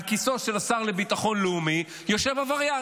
על כיסאו של השר לביטחון לאומי יושב עבריין,